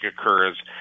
occurs